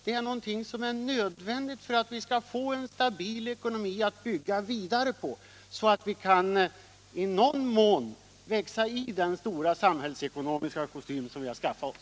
Detta är nödvändigt för att vi skall få en stabil ekonomi att bygga vidare på, så att vi i någon mån kan växa i den stora samhällsekonomiska kostym som vi har skaffat OSS.